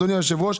אדוני היושב-ראש,